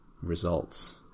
results